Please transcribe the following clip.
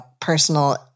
personal